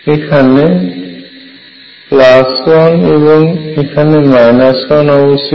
এখানে এর 1 এবং 1 এইখানে অবস্থিত